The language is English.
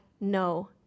no